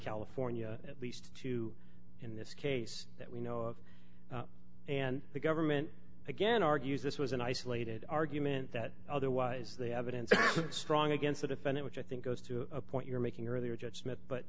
california at least two in this case that we know of and the government again argues this was an isolated argument that otherwise the evidence is strong against the defendant which i think goes to a point you're making earlier judg